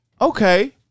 Okay